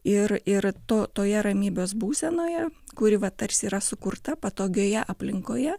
ir ir to toje ramybės būsenoje kuri va tarsi yra sukurta patogioje aplinkoje